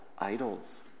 idols